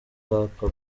papa